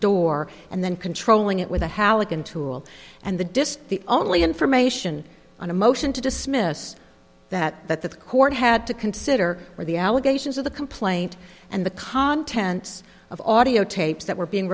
door and then controlling it with a halleck and tool and the disc the only information on a motion to dismiss that that the court had to consider or the allegations of the complaint and the contents of audiotapes that were being